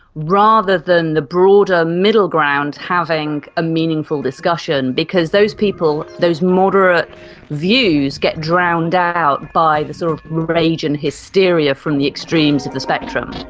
rather than the broader middle ground having a meaningful discussion, because those people, those moderate views get drowned out by the sort of rage and hysteria from the extremes of the spectrum.